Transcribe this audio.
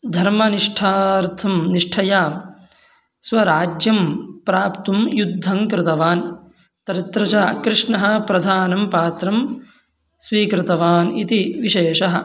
धर्मनिष्ठार्थं निष्ठया स्वराज्यं प्राप्तुं युद्धं कृतवान् तत्र च कृष्णः प्रधानं पात्रं स्वीकृतवान् इति विशेषः